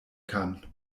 kann